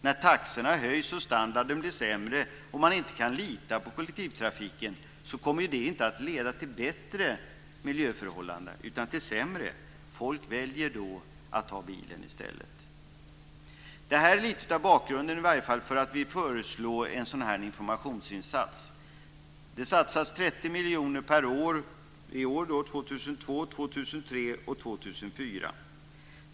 När taxorna höjs och standarden blir sämre och det inte går att lita på kollektivtrafiken leder det inte till bättre miljöförhållanden utan till sämre. Folk väljer då bilen i stället. Det här är lite av bakgrunden till att vi föreslår en informationsinsats. Det satsas 30 miljoner kronor per år för åren 2002, 2003 och 2004.